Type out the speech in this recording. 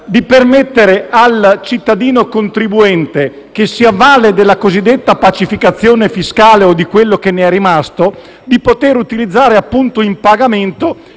di permettere al cittadino contribuente, che si avvale della cosiddetta pacificazione fiscale o di quello che ne è rimasto, di poter utilizzare in pagamento